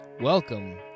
Welcome